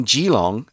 Geelong